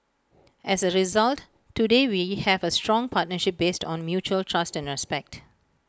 as A result today we have A strong partnership based on mutual trust and respect